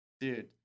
Dude